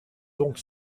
donc